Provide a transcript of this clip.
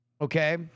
okay